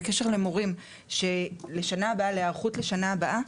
בקשר למורים שלהיערכות לשנה הבאה,